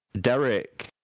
Derek